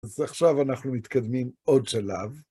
אז עכשיו אנחנו מתקדמים עוד שלב.